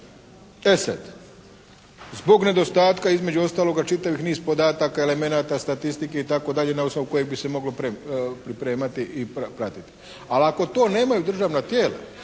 zbog nedostatka između ostaloga čitajući niz podataka, elemenata, statistike itd. na osnovu kojeg bi se moglo pripremati i pratiti, ali ako to nemaju državna tijela